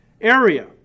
area